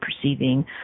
perceiving